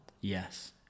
Yes